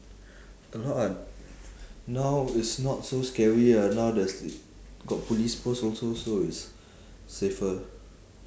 a lot ah now is not so scary ah now there's got police post also so it's safer